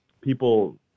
people